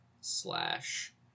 slash